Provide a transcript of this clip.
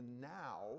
now